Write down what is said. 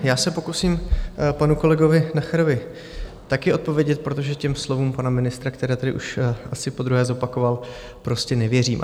Já se pokusím panu kolegovi Nacherovi taky odpovědět, protože těm slovům pana ministra, která tady už asi podruhé zopakoval, prostě nevěřím.